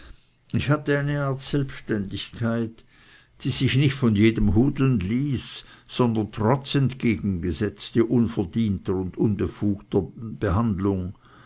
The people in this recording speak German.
ich hatte eine art selbständigkeit die sich nicht von jedem hudeln ließ sondern trotz entgegensetzte unverdienter und unbefugter behandlung